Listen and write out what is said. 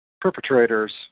perpetrators